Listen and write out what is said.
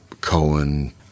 cohen